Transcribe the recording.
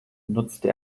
nutzte